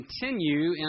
continue